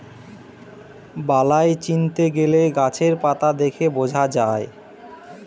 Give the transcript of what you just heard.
বালাই চিনতে গেলে গাছের পাতা দেখে বোঝা যায়